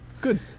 Good